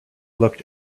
looked